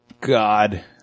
god